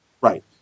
Right